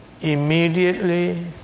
immediately